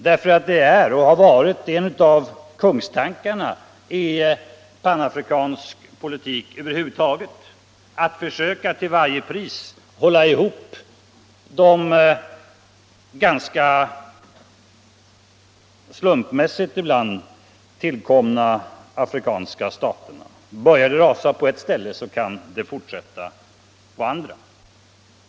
Det är och har varit en av kungstankarna i panafrikansk politik över huvud taget att till varje pris försöka hålla ihop de ibland ganska slumpmässigt tillkomna afrikanska staterna. Börjar det rasa på ett ställe kan det fortsätta på andra.